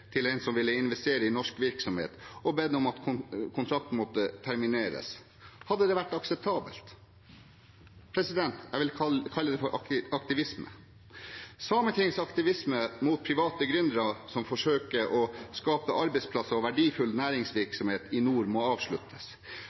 til en som ville investere i norsk virksomhet, og bedt om at kontrakten måtte termineres – hadde det vært akseptabelt? Jeg vil kalle det for aktivisme. Sametingets aktivisme mot private gründere som forsøker å skape arbeidsplasser og verdifull næringsvirksomhet i nord, må avsluttes.